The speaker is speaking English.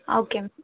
okay